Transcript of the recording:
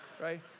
right